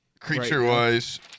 Creature-wise